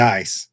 Nice